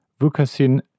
Vukasin